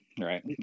right